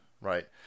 Right